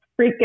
freaking